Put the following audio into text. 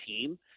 team